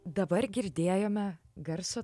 dabar girdėjome garso